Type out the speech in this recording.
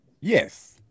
Yes